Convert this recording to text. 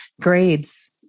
grades